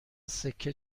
سکه